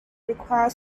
require